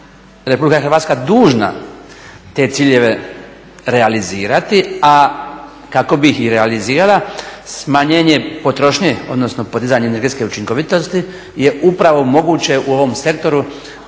Republika Hrvatska dužna te ciljeve realizirati, a kako bi ih i realizirala smanjenje potrošnje, odnosno podizanje energetske učinkovitosti je upravo moguće u ovom sektoru.